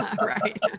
right